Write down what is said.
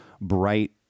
bright